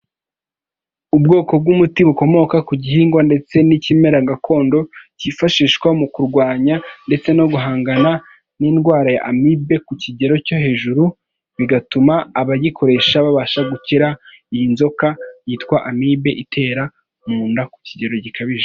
Ubwoko bw'umuti bukomoka ku gihingwa, ndetse n'ikimera gakondo cyifashishwa mu kurwanya ndetse no guhangana n'indwara ya amibe ku kigero cyo hejuru, bigatuma abagikoresha babasha gukira iyi nzoka yitwa amibe itera mu nda ku kigero gikabije.